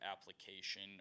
application